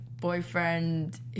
boyfriend